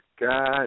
God